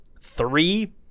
three